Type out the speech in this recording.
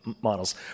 models